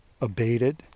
abated